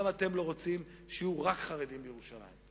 גם אתם לא רוצים שיהיו רק חרדים בירושלים.